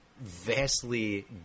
vastly